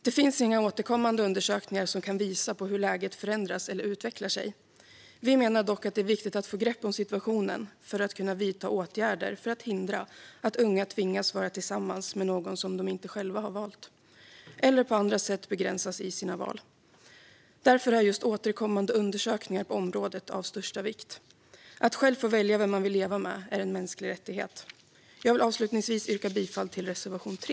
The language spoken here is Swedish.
Det finns inga återkommande undersökningar som kan visa på hur läget förändras eller utvecklar sig. Vi menar dock att det är viktigt att få grepp om situationen för att kunna vidta åtgärder för att hindra att unga tvingas vara tillsammans med någon som de inte själva valt eller på andra sätt begränsas i sina val. Därför är just återkommande undersökningar på området av största vikt. Att själv få välja vem man vill leva med är en mänsklig rättighet. Jag vill avslutningsvis yrka bifall till reservation 3.